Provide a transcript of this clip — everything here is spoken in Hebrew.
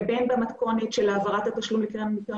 בין במתכונת של העברת התשלום לקרן הניקיון